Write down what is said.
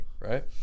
right